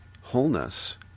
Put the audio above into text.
wholeness